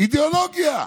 אידיאולוגיה.